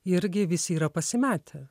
irgi visi yra pasimetę